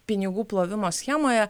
pinigų plovimo schemoje